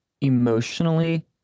emotionally